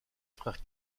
frère